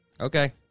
Okay